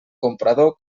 comprador